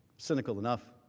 cynical enough